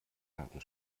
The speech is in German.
karten